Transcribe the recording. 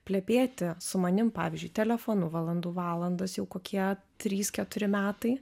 plepėti su manim pavyzdžiui telefonu valandų valandas jau kokie trys keturi metai